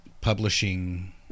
Publishing